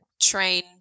train